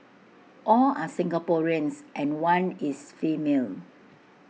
all are Singaporeans and one is female